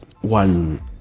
one